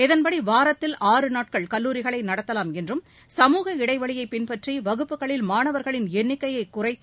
இதன்படி வாரத்தில் ஆறு நாட்கள் கல்லூரிகளை நடத்தலாம் என்றும் சமூக இடைவெளியை பின்பற்றி வகுப்புகளில் மாணவர்களின் எண்ணிக்கையை குறைத்து